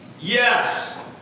Yes